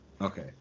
Okay